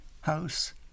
house